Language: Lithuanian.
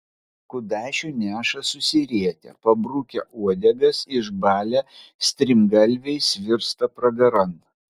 kudašių neša susirietę pabrukę uodegas išbalę strimgalviais virsta pragaran